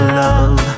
love